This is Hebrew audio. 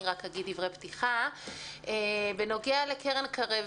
רק אגיד דברי פתיחה בנוגע לקרן קרב.